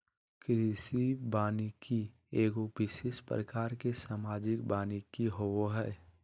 कृषि वानिकी एगो विशेष प्रकार के सामाजिक वानिकी होबो हइ